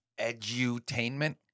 edutainment